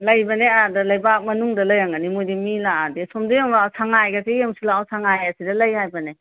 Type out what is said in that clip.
ꯂꯩꯕꯅꯦ ꯑꯥꯗ ꯂꯩꯕꯥꯛ ꯃꯅꯨꯡꯗ ꯂꯩꯔꯝꯒꯅꯤ ꯃꯣꯏꯗꯤ ꯃꯤ ꯂꯥꯛꯑꯗꯤ ꯑꯁꯣꯝꯗ ꯌꯦꯡꯉꯣ ꯁꯉꯥꯏꯒꯁꯦ ꯌꯦꯡꯉꯨꯁꯤ ꯂꯥꯛꯑꯣ ꯁꯉꯥꯏ ꯑꯁꯤꯗ ꯂꯩ ꯍꯥꯏꯕꯅꯦ